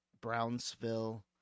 Brownsville